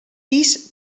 pis